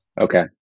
Okay